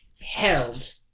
held